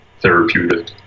therapeutic